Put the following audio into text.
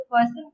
person